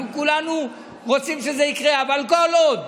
כולנו רוצים שזה יקרה, אבל כל עוד